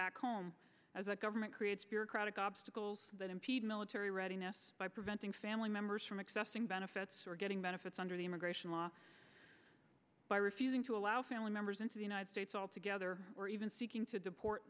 back home as a government creates bureaucratic obstacles that impede military readiness by preventing family members from accessing benefits or getting benefits under the immigration law by refusing to allow family members into the united states altogether or even seeking to deport